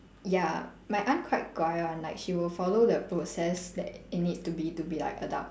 ya my aunt quite 乖 [one] like she will follow the process that it need to be to be like adult